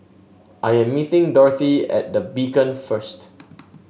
I am meeting Dorthey at The Beacon first